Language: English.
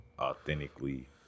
authentically